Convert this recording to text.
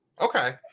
okay